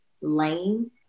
lane